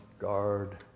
guard